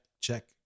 check